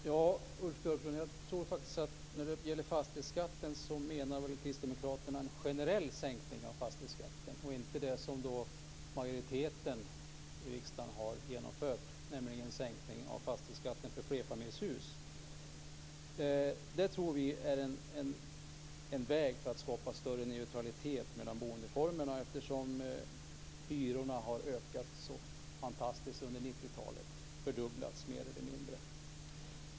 Fru talman1 Jag antar att Kristdemokraterna avser en generell sänkning av fastighetsskatten och inte det som majoriteten i riksdagen har genomfört, nämligen en sänkning av fastighetsskatten för flerfamiljshus. Det tror vi är en väg för att skapa större neutralitet mellan boendeformerna, eftersom hyrorna har ökat så oerhört mycket under 90-talet, de har mer eller mindre fördubblats.